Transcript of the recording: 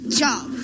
job